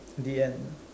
the end